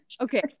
okay